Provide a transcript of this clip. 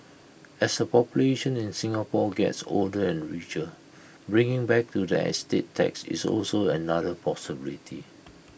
as the population in Singapore gets older and richer bringing back to the estate tax is also another possibility